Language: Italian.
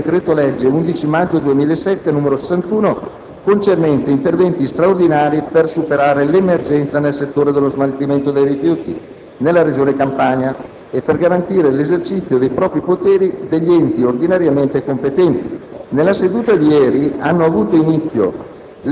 di legge: (1566) Conversione in legge del decreto-legge 11 maggio 2007, n. 61, recante interventi straordinari per superare l’emergenza nel settore dello smaltimento dei rifiuti nella regione Campania e per garantire l’esercizio dei propri poteri agli enti ordinariamente competenti